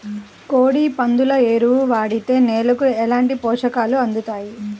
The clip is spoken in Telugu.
కోడి, పందుల ఎరువు వాడితే నేలకు ఎలాంటి పోషకాలు అందుతాయి